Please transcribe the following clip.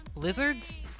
Lizards